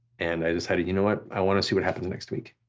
and i decided you know what, i wanna see what happens next week.